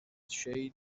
shade